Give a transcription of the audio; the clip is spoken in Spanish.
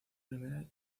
primera